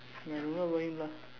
நீ என்னமோ:nii ennamoo Govinda